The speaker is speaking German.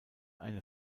eine